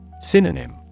Synonym